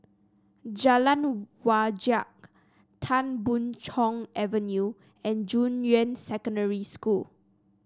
Jalan Wajek Tan Boon Chong Avenue and Junyuan Secondary School